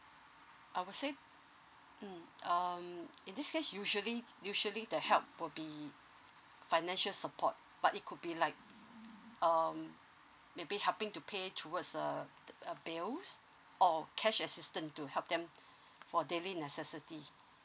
I'll say mm um in this case usually usually the help will be financial support but it could be like um maybe helping to pay towards uh the bills or cash assitance to help them for daily necessity